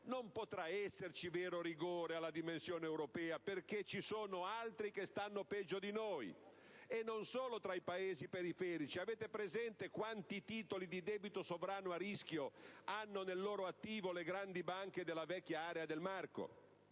non potrà esserci vero rigore alla dimensione europea perché ci sono altri che stanno peggio di noi, e non solo tra i Paesi periferici: avete presente quanti titoli di debito sovrano a rischio hanno nel loro attivo le grandi banche della vecchia area del marco?